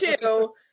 two